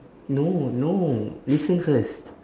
no no listen first